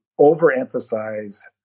overemphasize